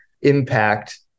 impact